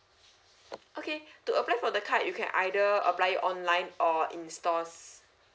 okay to apply for the card you can either apply it online or in stores